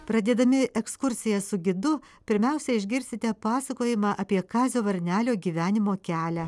pradėdami ekskursiją su gidu pirmiausia išgirsite pasakojimą apie kazio varnelio gyvenimo kelią